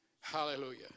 Hallelujah